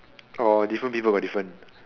or different people got different